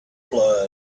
blood